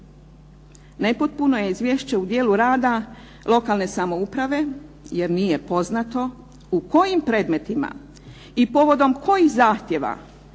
Nepotpuno je izvješće u dijelu rada lokalne samouprave jer nije poznato u kojim predmetima i povodom kojih zahtjeva